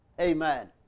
Amen